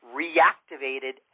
reactivated